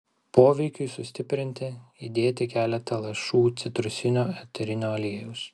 poveikiui sustiprinti įdėti keletą lašų citrusinio eterinio aliejaus